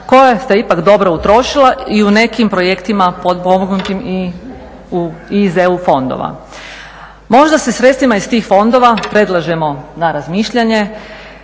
koja ste ipak dobro utrošila i u nekim projektima potpomognutim iz EU fondova. Možda se sredstvima iz tih fondova predlažemo na razmišljanje,